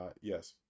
yes